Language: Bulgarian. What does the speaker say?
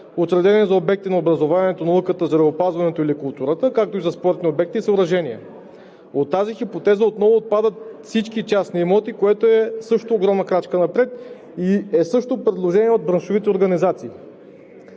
учредени за обекти на образованието, науката, здравеопазването или културата, както и за спортни обекти и съоръжения. От тази хипотеза отново отпадат всички частни имоти, което е също огромна крачка напред, и е също предложение от браншовите организации.